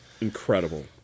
incredible